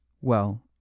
Well